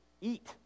eat